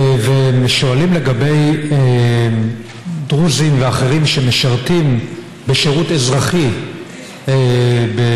והם שואלים על דרוזים ואחרים שמשרתים בשירות אזרחי בישראל,